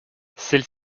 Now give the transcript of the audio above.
celle